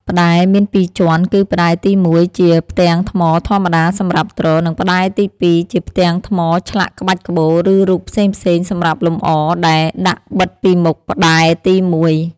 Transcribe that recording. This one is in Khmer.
ផ្តែរមានពីរជាន់ គឺផ្តែរទី១ ជាផ្ទាំងថ្មធម្មតាសម្រាប់ទ្រ និងផ្តែរទី២ ជាផ្ទាំងថ្មឆ្លាក់ក្បាច់ក្បូរ ឬរូបផ្សេងៗសម្រាប់លម្អ ដែលដាក់បិទពីមុខផ្តែរទី១។